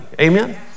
amen